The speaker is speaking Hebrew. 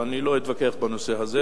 אני לא אתווכח בנושא הזה,